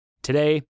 Today